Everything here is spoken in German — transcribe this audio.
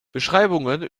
beschreibungen